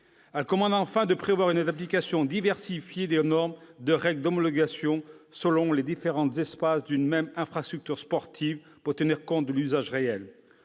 Elle commande enfin de prévoir une application différenciée des normes et règles d'homologation, selon les différents espaces d'une même infrastructure sportive, pour tenir compte de son usage réel.